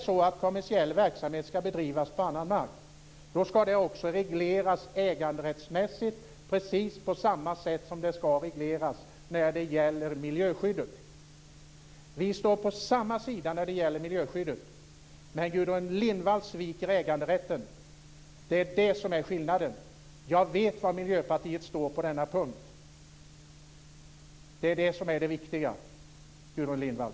Om kommersiell verksamhet ska bedrivas på någon annans mark ska det regleras äganderättsmässigt precis på samma sätt som det ska regleras när det gäller miljöskydden. Vi står på samma sida när det gäller miljöskydden. Men Gudrun Lindvall sviker äganderätten. Det är skillnaden. Jag vet var Miljöpartiet står på denna punkt. Det är det viktiga, Gudrun Lindvall.